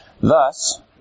Thus